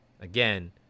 Again